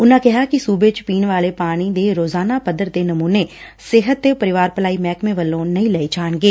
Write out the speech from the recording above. ਉਨੂਾ ਕਿਹਾ ਕਿ ਸੂਬੇ ਚ ਪੀਣ ਵਾਲੇ ਪਾਣੀ ਦੇ ਰੋਂਜ਼ਾਨਾ ਪੱਧਰ ਤੇ ਨਮੂਨੇ ਸਿਹਤ ਤੇ ਪਰਿਵਾਰ ਭਲਾਈ ਮਹਿਕਮੇ ਵੱਲੋ ਨਹੀ ਲਏ ਜਾਣਗੇ